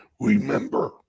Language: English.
Remember